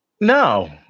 No